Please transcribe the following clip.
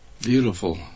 beautiful